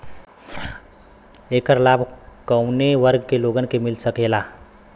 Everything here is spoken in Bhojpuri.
ऐकर लाभ काउने वर्ग के लोगन के मिल सकेला?